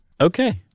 Okay